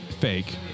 fake